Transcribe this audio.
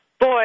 Boy